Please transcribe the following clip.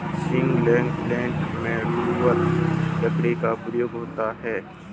ceiling प्लेग में लूमर लकड़ी का प्रयोग होता है